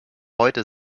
heute